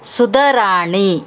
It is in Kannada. ಸುಧಾ ರಾಣಿ